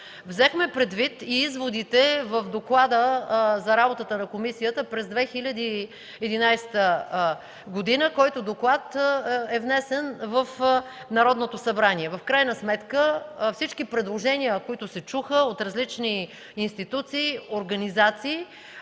Взехме предвид и изводите в Доклада за работата на комисията през 2011 г., който доклад е внесен в Народното събрание. В крайна сметка всички предложения, които се чуха от различни институции, организации,